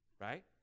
Right